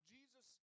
Jesus